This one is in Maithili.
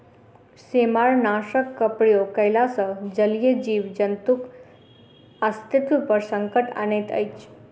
सेमारनाशकक प्रयोग कयला सॅ जलीय जीव जन्तुक अस्तित्व पर संकट अनैत अछि